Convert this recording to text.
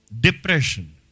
depression